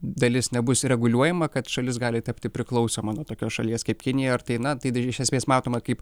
dalis nebus reguliuojama kad šalis gali tapti priklausoma nuo tokios šalies kaip kinija ar tai na tai iš esmės matoma kaip